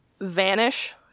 vanish